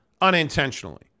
Unintentionally